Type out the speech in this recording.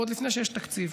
עוד לפני שיש תקציב.